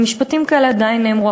משפטים כאלה עדיין נאמרו,